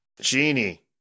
Genie